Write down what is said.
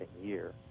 year